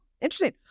Interesting